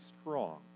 strong